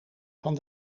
van